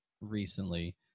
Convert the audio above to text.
recently